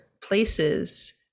places